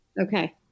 Okay